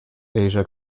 asia